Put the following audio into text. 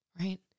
right